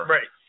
Right